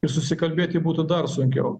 ir susikalbėti būtų dar sunkiau